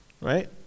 right